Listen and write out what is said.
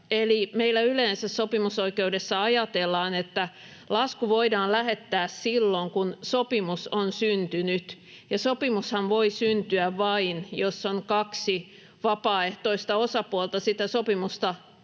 meillä yleensä sopimusoikeudessa ajatellaan, että lasku voidaan lähettää silloin kun sopimus on syntynyt, ja sopimushan voi syntyä vain, jos on kaksi vapaaehtoista osapuolta sitä sopimusta